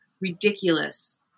ridiculous